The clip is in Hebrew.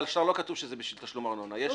על השטר לא כתוב שזה לתשלום ארנונה, יש צ'ק.